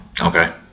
Okay